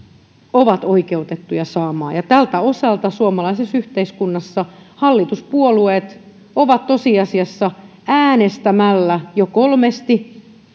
ovat oikeutettuja saamaan tältä osalta suomalaisessa yhteiskunnassa hallituspuolueet ovat tosiasiassa äänestämällä jo kolmesti